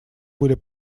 были